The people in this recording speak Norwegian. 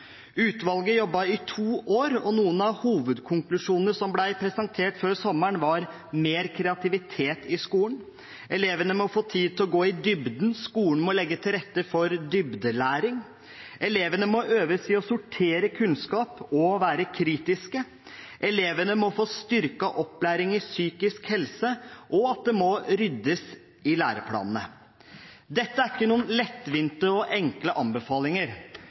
Utvalget jobbet i to år, og noen av hovedkonklusjonene som ble presentert før sommeren, var: mer kreativitet i skolen elevene må få tid til å gå i dybden; skolen må legge til rette for dybdelæring elevene må øves i å sortere kunnskap og være kritiske elevene må få styrket opplæring i psykisk helse det må ryddes i læreplanene Dette er ikke noen lettvinte og enkle anbefalinger.